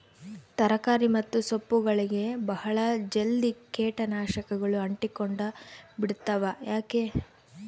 ತರಕಾರಿ ಮತ್ತು ಸೊಪ್ಪುಗಳಗೆ ಬಹಳ ಜಲ್ದಿ ಕೇಟ ನಾಶಕಗಳು ಅಂಟಿಕೊಂಡ ಬಿಡ್ತವಾ ಯಾಕೆ?